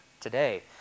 today